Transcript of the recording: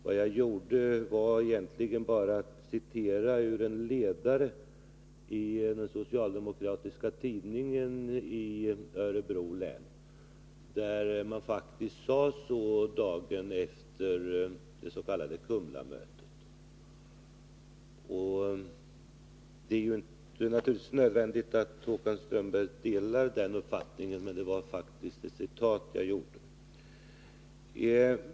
Vad jag gjorde var egentligen bara att citera ur en ledare i den socialdemokratiska tidningen i Örebro län, där man faktiskt sade så dagen efter det s.k. Kumlamötet. Det är naturligtvis inte nödvändigt att Håkan Strömberg delar den uppfattningen, men det var faktiskt ett citat jag gjorde.